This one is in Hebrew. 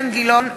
בעד זהבה גלאון,